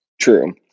True